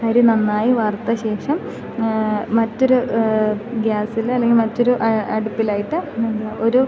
അരി നന്നായി വറുത്ത ശേഷം മറ്റൊരു ഗ്യാസിൽ അല്ലെങ്കിൽ മറ്റൊരു അടുപ്പിലായിട്ട് ഒരു